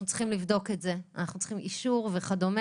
אנחנו צריכים לבדוק את זה כי צריך אישור וכדומה.